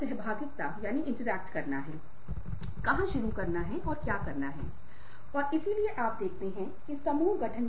मैं अपनी भावनाओं को नियंत्रित कर सकता हूं और उन्हें फलदायी तरीके से चैनल कर सकता हूं